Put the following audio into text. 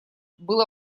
было